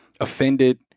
offended